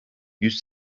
yüz